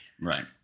Right